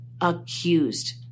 accused